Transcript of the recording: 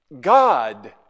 God